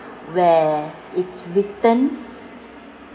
where it's written